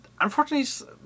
unfortunately